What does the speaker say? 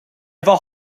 efo